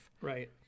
right